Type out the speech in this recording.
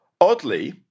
Oddly